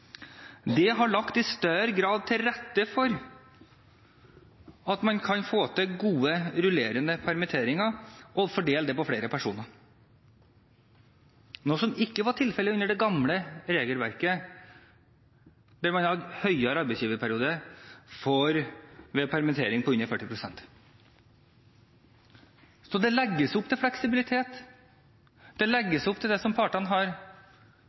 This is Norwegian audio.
større grad lagt til rette for at man kan få til gode rullerende permitteringer og fordele det på flere personer, noe som ikke var tilfellet under det gamle regelverket, der det var lengre arbeidsgiverperiode ved permittering på under 40 pst. Så det legges opp til fleksibilitet. Det legges opp til det som partene har